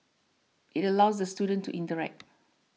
it allows the students to interact